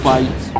Fight